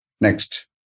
Next